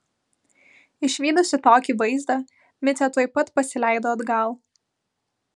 išvydusi tokį vaizdą micė tuoj pat pasileido atgal